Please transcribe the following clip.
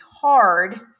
hard